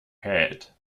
head